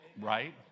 right